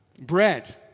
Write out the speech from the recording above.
Bread